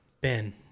Ben